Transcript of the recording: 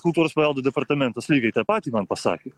kultūros paveldo departamentas lygiai tą patį man pasakė